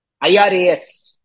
IRAS